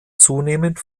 zunehmend